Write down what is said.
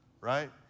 right